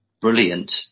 brilliant